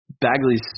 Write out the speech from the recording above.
Bagley's